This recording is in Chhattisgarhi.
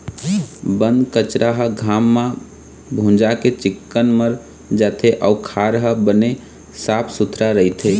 बन कचरा ह घाम म भूंजा के चिक्कन मर जाथे अउ खार ह बने साफ सुथरा रहिथे